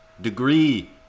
Degree